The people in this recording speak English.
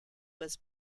was